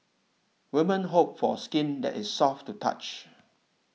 women hope for a skin that is soft to the touch